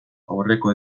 aurreko